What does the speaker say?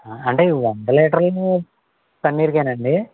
అంటే వంద లీటర్లు పన్నీర్కే అండి